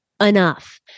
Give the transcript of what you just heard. Enough